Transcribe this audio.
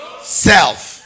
self